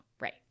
Right